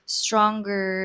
stronger